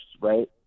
right